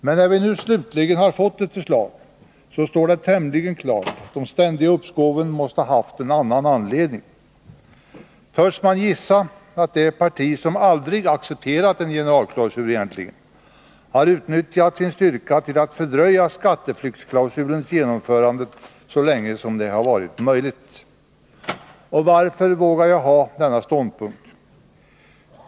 Men när vi nu slutligen har fått ett förslag står det tämligen klart att de ständiga uppskoven måste ha haft en annan anledning. Törs man gissa att det parti som egentligen aldrig accepterat en generalklausul har utnyttjat sin styrka till att fördröja skatteflyktsklausulens genomförande så länge som det har varit möjligt? Varför vågar jag inta denna ståndpunkt?